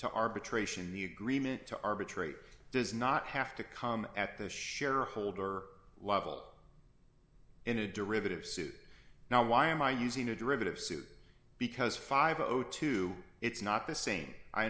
to arbitration the agreement to arbitrate does not have to come at the shareholder level into derivatives now why am i using a derivative because five o two it's not the same i